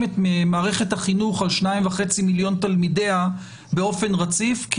את מערכת החינוך על 2.5 מיליון תלמידיה באופן רציף,